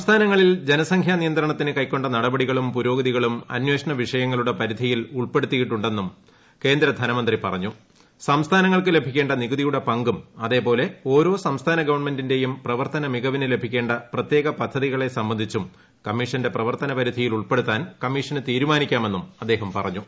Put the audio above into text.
സംസ്ഥാനങ്ങളിൽ ജനസംഖ്യ നിയന്ത്രണത്തിന് കൈക്കൊണ്ട നടപടികളും പുരോഗതികളും അന്വേഷണവിഷയങ്ങളുടെ പരിധിയിൽ കേന്ദ്രധനമന്ത്രി ഉൾപ്പെടുത്തിയിട്ടുണ്ടെന്നും പറഞ്ഞു സംസ്ഥാനങ്ങൾക്ക് ലഭിക്കേണ്ട നികുതിയുടെ പങ്കും അതേപോലെ ഓരോ സംസ്ഥാന ഗവണ്മെന്റിന്റെയും പ്രവർത്തന മികവിന് ലഭിക്കേണ്ട പ്രത്യേക പദ്ധതികളെ സംബന്ധിച്ചും കമ്മീഷന്റെ പരിധിയിലുൾപ്പെടുത്താൻ പ്രവർത്തന കമ്മീഷന് തീരുമാനിക്കാമെന്നും അദ്ദേഹം പറഞ്ഞു